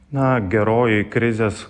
na geroji krizės